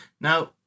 Now